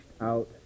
out